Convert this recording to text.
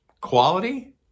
Quality